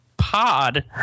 Pod